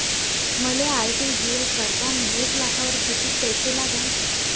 मले आर.टी.जी.एस करतांनी एक लाखावर कितीक पैसे लागन?